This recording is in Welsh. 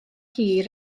hir